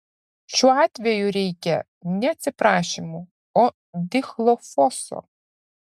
šiuo atveju reikia ne atsiprašymų o dichlofoso